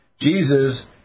Jesus